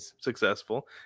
successful